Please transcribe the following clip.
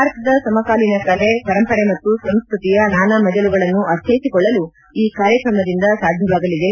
ಭಾರತದ ಸಮಕಾಲೀನ ಕಲೆ ಪರಂಪರೆ ಮತ್ತು ಸಂಸ್ಕೃತಿಯ ನಾನಾ ಮಜಲುಗಳನ್ನು ಅರ್ಥ್ಲೆಸಿಕೊಳ್ಳಲು ಈ ಕಾರ್ಯಕ್ರಮದಿಂದ ಸಾಧ್ಯವಾಗಲಿದೆ